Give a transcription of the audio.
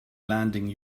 landing